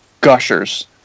gushers